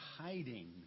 hiding